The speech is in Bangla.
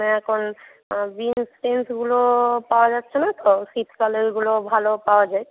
এখন বিনস টিনসগুলো পাওয়া যাচ্ছে না তো শীতকালে ওইগুলো ভালো পাওয়া যায়